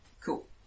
Cool